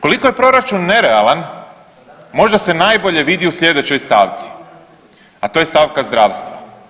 Koliko je proračun nerealan možda se najbolje vidi u sljedećoj stavci, a to je stavka zdravstva.